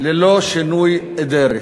ללא שינוי אדרת.